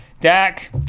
Dak